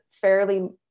fairly